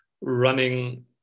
running